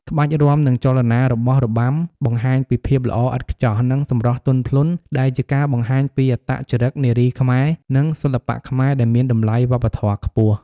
ក្បាច់រាំនិងចលនារបស់របាំបង្ហាញពីភាពល្អឥតខ្ចោះ និងសម្រស់ទន់ភ្លន់ ដែលជាការបង្ហាញពីអត្តចរិតនារីខ្មែរ និងសិល្បៈខ្មែរដែលមានតម្លៃវប្បធម៌ខ្ពស់។